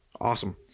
awesome